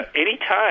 anytime